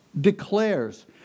declares